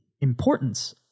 importance